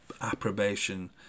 approbation